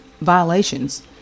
violations